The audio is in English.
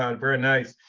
um very nice!